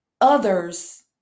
others